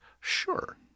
Sure